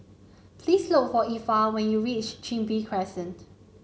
please look for Effa when you reach Chin Bee Crescent